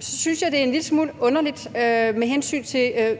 synes, det er en lille smule underligt.